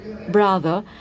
brother